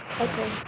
Okay